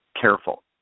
careful